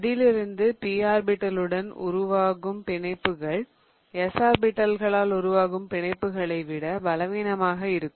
அதிலிருந்து p ஆர்பிடல்களுடன் உருவாகும் பிணைப்புகள் s ஆர்பிடல்களால் உருவாக்கும் பிணைப்புகளை விட பலவீனமாக இருக்கும்